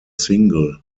single